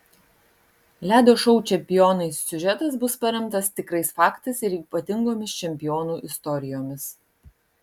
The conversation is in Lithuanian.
ledo šou čempionai siužetas bus paremtas tikrais faktais ir ypatingomis čempionų istorijomis